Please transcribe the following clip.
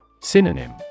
Synonym